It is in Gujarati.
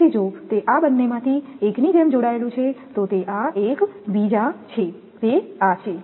તેથી જો તે આ બંનેમાંથી એકની જેમ જોડાયેલું છે તો તે આ એક બીજા છે તે આ છે